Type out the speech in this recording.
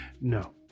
No